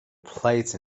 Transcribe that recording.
placed